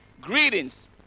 greetings